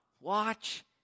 Watch